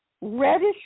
reddish